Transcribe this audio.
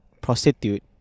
Prostitute